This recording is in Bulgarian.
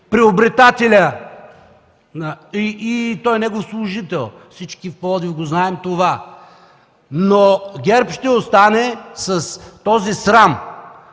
приобретателя и той е негов служител. Всички в Пловдив знаем това. ГЕРБ обаче ще остане с този срам.